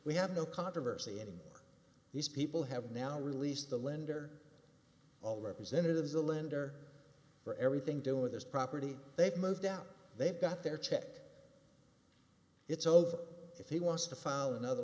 we have no controversy and these people have now released the lender all representatives the lender for everything doing this property they've moved down they've got their check it's over if he wants to file another